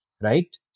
Right